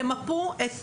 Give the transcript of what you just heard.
תמפו את